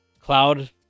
cloud